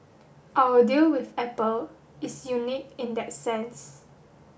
our deal with Apple is unique in that sense